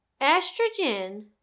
estrogen